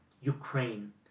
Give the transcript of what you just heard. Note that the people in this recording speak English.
Ukraine